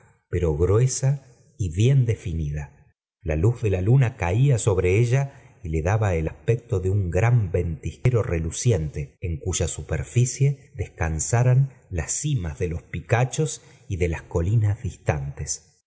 pero gruesa y bien definida la luz de la luna caía sobre ella y le daba ol aspecto de un gran ventisquero reluciente en cuya superficie descansaran las cimas de los picachos y de las colinas distantes